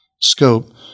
scope